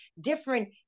different